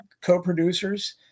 co-producers